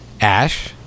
Ash